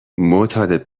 معتاد